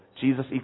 Jesus